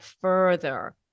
further